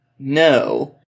No